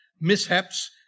mishaps